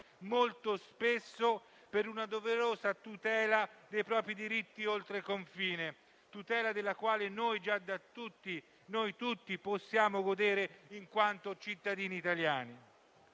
molto spesso per una doverosa tutela dei propri diritti oltre confine, tutela della quale tutti noi possiamo godere in quanto cittadini italiani.